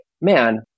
man